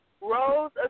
Rose